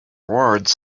words